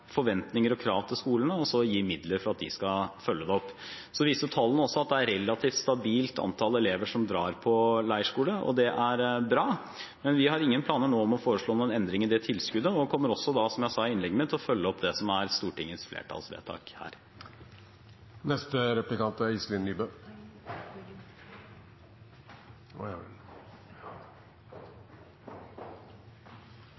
forventninger og krav til skolene og gir midler for at de skal følge det opp. Så viser tallene også at det er et relativt stabilt antall elever som drar på leirskole, og det er bra. Men vi har ingen planer nå om å foreslå endringer i tilskuddet, og vi kommer, som jeg sa i innlegget mitt, til å følge opp det som Stortingets flertall har vedtatt. Som jeg sa i mitt innlegg, er